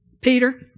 Peter